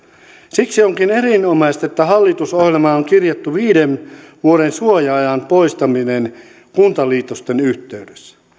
siksi onkin erinomaista että hallitusohjelmaan on kirjattu viiden vuoden suoja ajan poistaminen kuntaliitosten yhteydessä